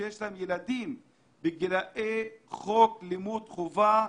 שיש להם ילדים בגילאי חוק לימוד חובה,